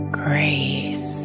grace